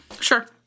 Sure